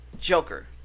Joker